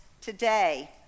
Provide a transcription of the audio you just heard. today